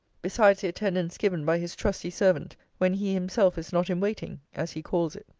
besides the attendance given by his trusty servant when he himself is not in waiting, as he calls it.